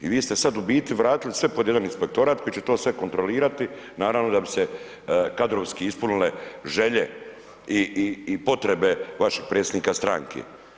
I vi ste sad u biti vratili pod jedan inspektorat koji će to sve kontrolirati, naravno, da bi se kadrovski ispunile želje i potrebe vašeg predsjednika stranke.